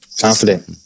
Confident